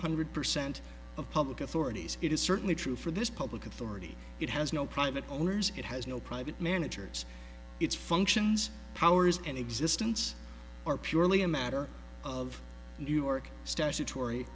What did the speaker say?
hundred percent of public authorities it is certainly true for this public authority it has no private owners it has no private managers its functions powers in existence are purely a matter of newark statutory